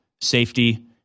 safety